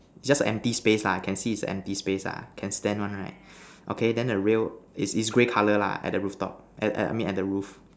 just empty space lah can see is empty space lah can stand one right okay then the real is is grey color lah at the rooftop I I mean the roof